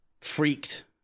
Freaked